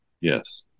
Yes